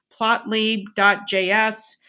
Plotly.js